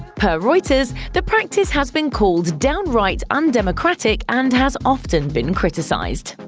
per reuters, the practice has been called downright undemocratic and has often been criticized.